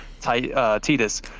titus